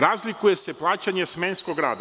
Razlikuje se plaćanje smenskog rada.